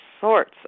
sorts